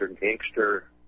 gangster